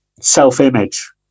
self-image